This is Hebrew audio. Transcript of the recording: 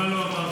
מה לא אמרתם?